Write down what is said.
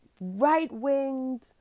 right-winged